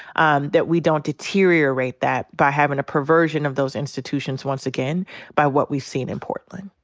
um that we don't deteriorate that by having a perversion of those institutions once again by what we've seen in portland.